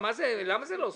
למה זה לא סופי?